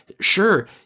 Sure